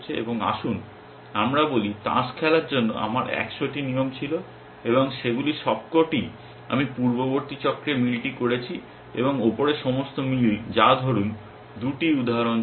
এবং আসুন আমরা বলি তাস খেলার জন্য আমার 100টি নিয়ম ছিল এবং সেগুলির সবকটিই আমি পূর্ববর্তী চক্রে মিলটি করেছি এবং উপরের সমস্ত মিল যা ধরুন 2 3টি উদাহরণ চলে